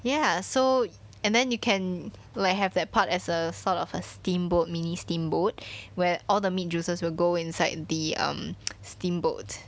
ya so and then you can like have that part as a sort of a steamboat mini steamboat where all the meat juices will go inside the um steamboat